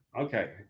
Okay